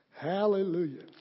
Hallelujah